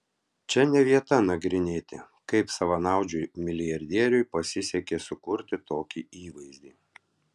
čia ne vieta nagrinėti kaip savanaudžiui milijardieriui pasisekė sukurti tokį įvaizdį